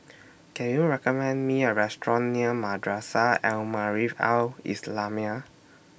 Can YOU recommend Me A Restaurant near Madrasah Al Maarif Al Islamiah